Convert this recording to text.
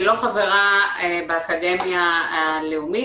אני לא חברה באקדמיה הלאומית,